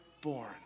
born